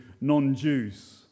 non-Jews